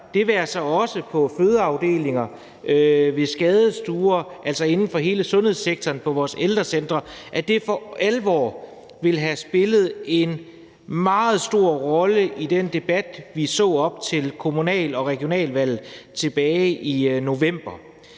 det være sig også på fødeafdelinger, på skadestuer, altså inden for hele sundhedssektoren, og på vores ældrecentre – for alvor ville have spillet en meget stor rolle i den debat, vi så op til kommunal- og regionalvalget tilbage i november.